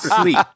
Sleep